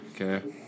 Okay